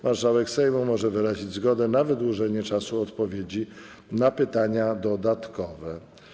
Marszałek Sejmu może wyrazić zgodę na wydłużenie czasu odpowiedzi na pytanie dodatkowe.